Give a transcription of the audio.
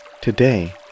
today